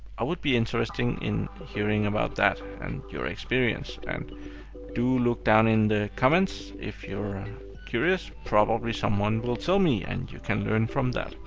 i would be interested in hearing about that and your experience, and do look down in the comments if you're curious. probably someone will tell me, and you can learn from that.